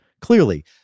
clearly